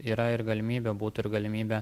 yra ir galimybė būtų ir galimybė